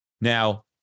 Now